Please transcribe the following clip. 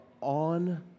on